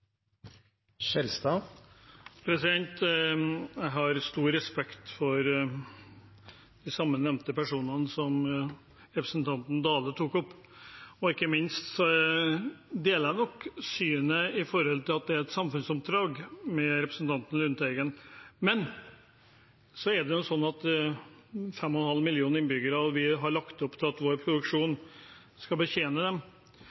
Dale nevnte, og ikke minst deler jeg nok synet på at det er samfunnsoppdrag, med representanten Lundteigen. Men så er det sånn at vi er 5,5 millioner innbyggere, og vi har lagt opp til at vår produksjon skal betjene dem.